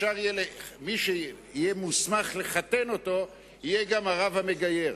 מי שיהיה מוסמך לחתן אותו יהיה גם הרב המגייר,